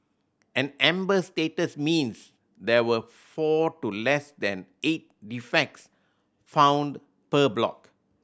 an amber status means there were four to less than eight defects found per block